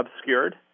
obscured